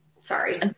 Sorry